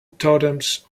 totems